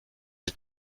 est